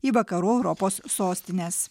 į vakarų europos sostines